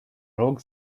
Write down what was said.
rog